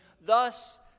Thus